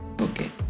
okay